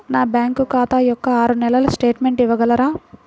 నా బ్యాంకు ఖాతా యొక్క ఆరు నెలల స్టేట్మెంట్ ఇవ్వగలరా?